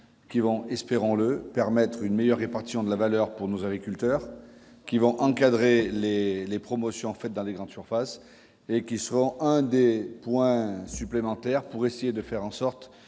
qui vont, espérons-le, permettre une meilleure répartition de la valeur pour nos agriculteurs qui vont encadrer les les promotions fait dans les grandes surfaces et qui sont un D point supplémentaire pour essayer de faire en sorte